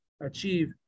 achieve